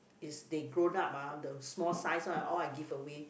is they grown up ah the small size one all I give away